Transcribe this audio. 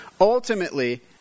Ultimately